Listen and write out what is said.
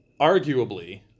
arguably